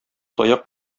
таяк